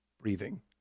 breathing